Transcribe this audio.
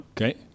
Okay